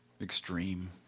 extreme